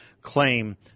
claim